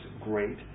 great